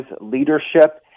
leadership